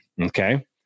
Okay